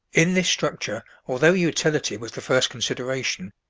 in this structure although utility was the first consideration,